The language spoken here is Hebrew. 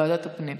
ועדת הפנים.